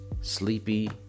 Sleepy